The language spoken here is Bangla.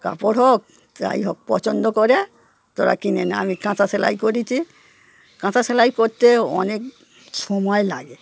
কাপড় হোক যাইহোক পছন্দ করে তোরা কিনে নে আমি কাঁথা সেলাই করছি কাঁথা সেলাই করতে অনেক সময় লাগে